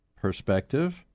perspective